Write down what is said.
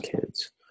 kids